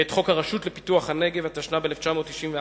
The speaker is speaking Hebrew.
ואת חוק הרשות לפיתוח הנגב, התשנ"ב 1991,